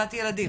בסביבת ילדים,